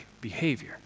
behavior